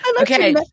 okay